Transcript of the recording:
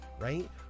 right